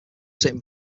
sitting